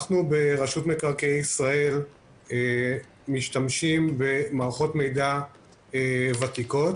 אנחנו ברשות מקרקעי ישראל משתמשים במערכות מידע ותיקות,